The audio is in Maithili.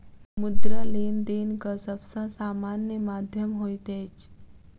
मुद्रा, लेनदेनक सब सॅ सामान्य माध्यम होइत अछि